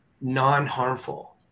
non-harmful